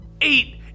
Eight